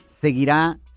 seguirá